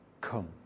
come